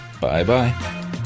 Bye-bye